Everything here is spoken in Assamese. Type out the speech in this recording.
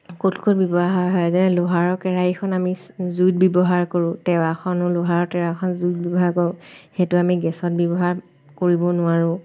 সকলোতকৈ ব্যৱহাৰ হয় যেনেকৈ লোহাৰৰ কেৰাহীখন আমি জুইত ব্যৱহাৰ কৰোঁ টেৱাখনো লোহাৰৰ টেৱাখন জুইত ব্যৱহাৰ কৰোঁ সেইটো আমি গেছত ব্যৱহাৰ কৰিব নোৱাৰোঁ